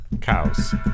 Cows